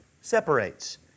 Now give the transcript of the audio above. separates